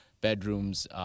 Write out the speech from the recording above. bedrooms